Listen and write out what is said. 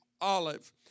olive